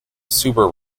super